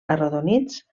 arrodonits